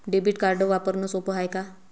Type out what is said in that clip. Debit card वापरणं सोप हाय का?